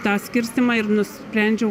tą skirstymą ir nusprendžiau